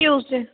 Tuesday